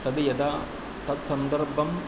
तद् यदा तत् सन्दर्भम्